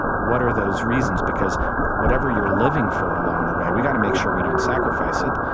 what are those reasons? because whatever you're living for, along the way, we've got to make sure we don't sacrifice it.